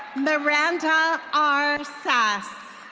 miranda r sass.